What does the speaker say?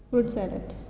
fruit salad